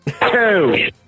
Two